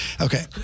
Okay